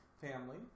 family